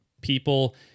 People